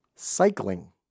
Cycling